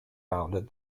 founded